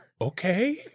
Okay